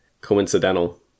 coincidental